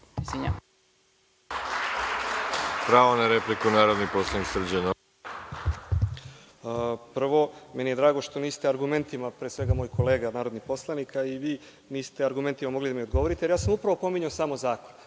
Prvo, meni je drago što niste argumentima, pre svega moj kolega narodni poslanik, a i vi niste argumentima mogli da mi odgovorite, jer ja sam upravo pominjao samo zakone,